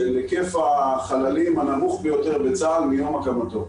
של היקף החללים הנמוך ביותר בצה"ל מיום הקמתו.